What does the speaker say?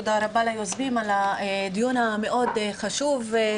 תודה רבה ליוזמים על הדיון המאוד חשוב.